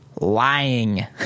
lying